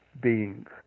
beings